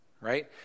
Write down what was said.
right